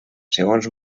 segons